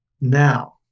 Now